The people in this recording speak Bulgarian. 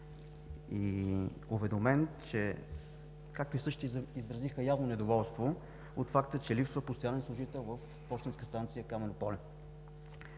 и уведомен – хората изразиха явно недоволство от факта, че липсва постоянен служител в пощенска станция Камено поле.